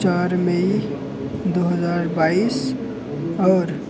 चार मेई दो हजार बाइस और